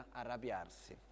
arrabbiarsi